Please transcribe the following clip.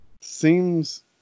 seems